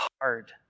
hard